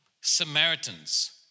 Samaritans